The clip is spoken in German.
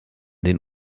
den